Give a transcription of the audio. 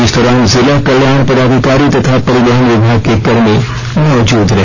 इस दौरान जिला कल्याण पदाधिकारी तथा परिवहन विभाग के कर्मी मैजूद रहे